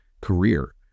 career